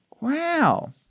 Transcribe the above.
Wow